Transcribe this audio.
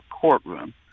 courtroom